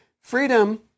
Freedom